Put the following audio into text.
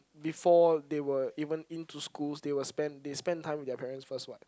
before they were even in to school they will spend they spend time with their parents first what